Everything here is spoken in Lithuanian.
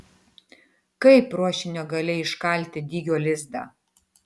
kaip ruošinio gale iškalti dygio lizdą